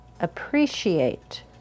appreciate